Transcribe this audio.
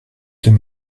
deux